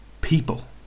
people